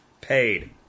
paid